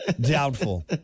Doubtful